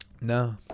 No